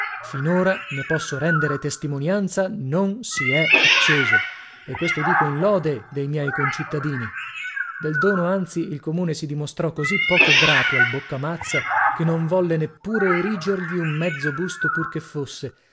finora ne posso rendere testimonianza non si è acceso e questo dico in lode de miei concittadini del dono anzi il comune si dimostrò così poco grato al boccamazza che non volle neppure erigergli un mezzo busto pur che fosse